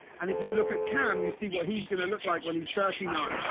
and if you look at cam, you see what he's going to look like when he's thirty nine.